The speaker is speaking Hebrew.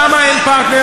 למה אין פרטנר?